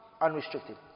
unrestricted